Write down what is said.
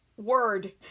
Word